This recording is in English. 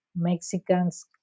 Mexicans